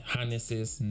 Harnesses